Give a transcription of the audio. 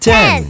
Ten